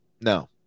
No